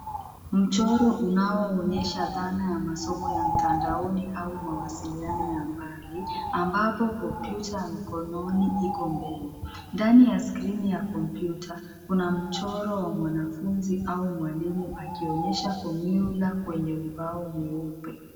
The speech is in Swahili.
Mchoro unaoonyesha dhana ya masomo ya mtandaoni au mawasiiano ya mbali ambapo kompyuta ya mkononi iko mbele. Ndani ya skrini ya kompyuta, kuna mchoro wa mwanafunzi au mwalimu akionyesha fomyula kwenye ubao mweupe.